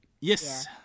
Yes